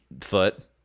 foot